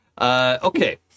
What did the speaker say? Okay